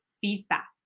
feedback